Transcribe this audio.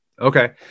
Okay